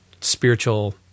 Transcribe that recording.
spiritual